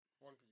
One